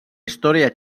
història